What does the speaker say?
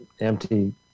empty